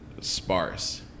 sparse